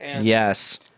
Yes